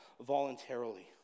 voluntarily